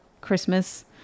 Christmas